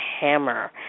Hammer